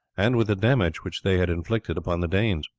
and with the damage which they had inflicted upon the danes.